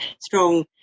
strong